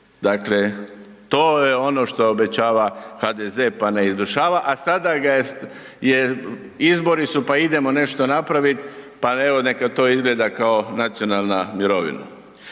dakle to je ono što obećava HDZ pa ne izvršava. A sada su izbori pa idemo nešto napraviti, pa evo neka to izgleda kao nacionalna mirovina.